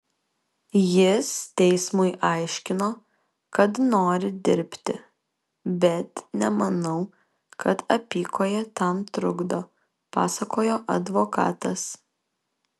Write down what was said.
jis teismui aiškino kad nori dirbti bet nemanau kad apykojė tam trukdo pasakojo advokatas